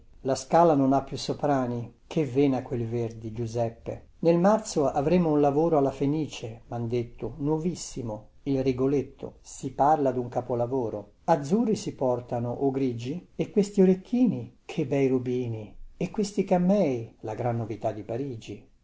la scala non ha più soprani che vena quel verdi giuseppe nel marzo avremo un lavoro alla fenice mhan detto nuovissimo il rigoletto si parla dun capolavoro azzurri si portano o grigi e questi orecchini che bei rubini e questi cammei la gran novità di parigi